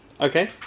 Okay